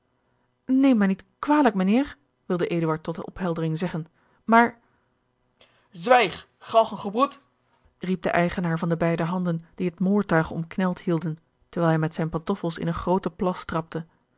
neem mij niet kwalijk mijnheer wilde eduard tot opheldering zeggen maar zwijg galgengebroed riep de eigenaar van de beide handen die het moordtuig omkneld hielden terwijl hij met zijne pantoffels in een grooten plas trapte